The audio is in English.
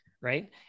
right